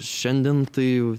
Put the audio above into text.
šiandien tai